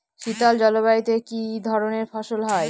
শীতল জলবায়ুতে কি ধরনের ফসল হয়?